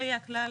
זה יהיה הכלל,